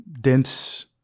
dense